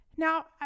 Now